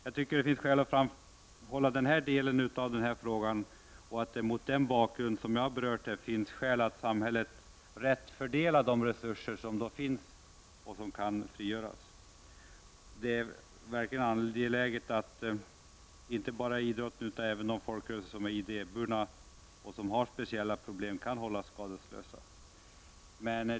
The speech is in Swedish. Jag tycker att det finns anledning att framhålla den här nämnda delen av frågan och att det mot den bakgrunden finns skäl att samhället rätt fördelar de resurser som finns och kan frigöras. Det är verkligen angeläget att inte bara idrotten utan även de folkrörelser som är idéburna och som har speciella problem kan hållas skadeslösa.